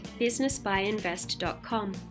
businessbuyinvest.com